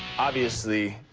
obviously,